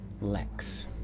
Lex